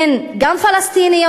הן גם פלסטיניות,